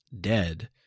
dead